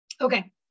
Okay